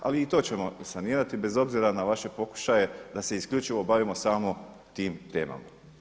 Ali i to ćemo sanirati bez obzira na vaše pokušaje da se isključivo bavimo samo tim temama.